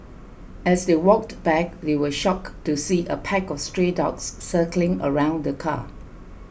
as they walked back they were shocked to see a pack of stray dogs circling around the car